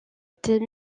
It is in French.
étaient